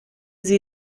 sie